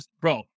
bro